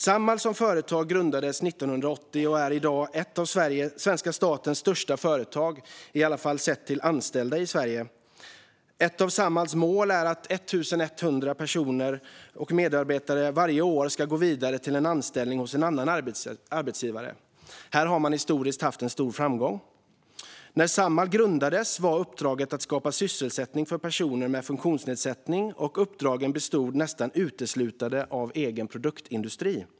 Samhall som företag grundades 1980 och är i dag ett av svenska statens största företag, i alla fall sett till antal anställda i Sverige. Ett av Samhalls mål är att 1 100 medarbetare varje år ska gå vidare till en anställning hos en annan arbetsgivare. Här har man historiskt haft en stor framgång. När Samhall grundades var uppdraget att skapa sysselsättning för personer med funktionsnedsättning, och uppdragen bestod nästan uteslutande av egen produktindustri.